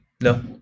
no